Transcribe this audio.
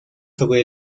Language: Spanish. sobre